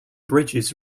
bridges